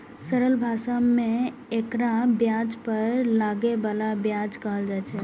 सरल भाषा मे एकरा ब्याज पर लागै बला ब्याज कहल छै